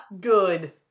Good